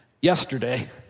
yesterday